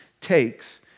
takes